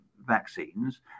vaccines